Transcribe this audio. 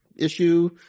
issue